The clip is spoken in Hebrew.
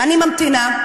אני ממתינה,